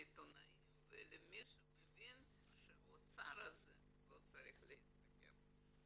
לעיתונאים ולמי שמבין שהאוצר הזה לא צריך להסגר.